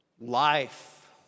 life